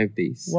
days